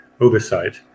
oversight